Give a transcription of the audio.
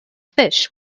fish